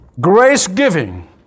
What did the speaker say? Grace-giving